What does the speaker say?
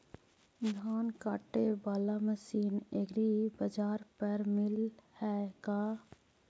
धान काटे बाला मशीन एग्रीबाजार पर मिल है का?